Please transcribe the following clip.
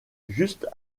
juste